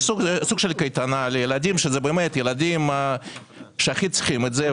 קייטנה לילדים שהכי צריכים את זה,